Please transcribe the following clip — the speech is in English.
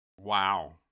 Wow